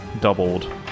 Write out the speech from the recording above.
Doubled